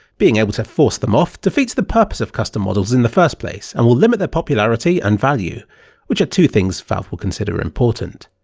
being able to force them off defeats the purpose of custom models in the first place and will limit their popularity and value two things valve will consider important.